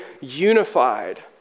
unified